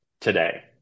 today